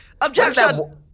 Objection